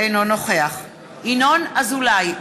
אינו נוכח ינון אזולאי,